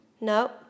No